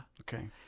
Okay